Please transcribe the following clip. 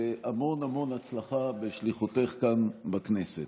והמון המון הצלחה בשליחותך כאן בכנסת.